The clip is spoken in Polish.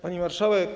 Pani Marszałek!